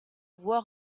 voient